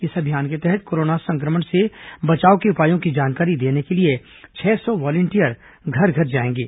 इस अभियान के तहत कोरोना संक्रमण से बचाव के उपायों की जानकारी देने के लिए छह सौ वॉलिंटियर घर घर जाएंगी